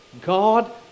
God